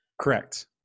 Correct